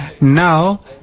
Now